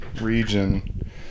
region